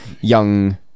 young